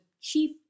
chief